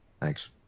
thanks